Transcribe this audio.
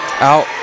Out